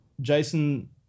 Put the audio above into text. Jason